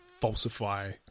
falsify